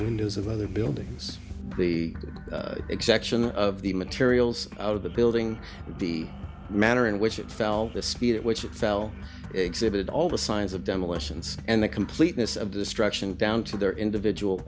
windows of other buildings the exaction of the materials out of the building the manner in which it fell the speed at which it fell exhibit all the signs of demolitions and the completeness of destruction down to their individual